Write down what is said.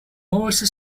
most